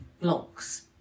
blocks